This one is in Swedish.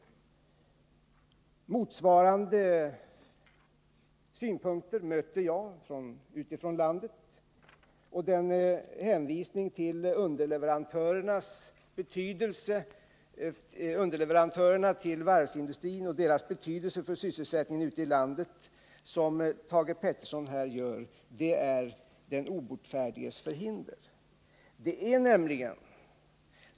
Motsvarande synpunkter möter mig ute i landet, och den hänvisning till underleverantörerna till varvsindustrin och deras betydelse för sysselsättningen ute i landet som Thage Peterson här gör kan betraktas som ett den obotfärdiges förhinder.